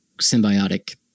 symbiotic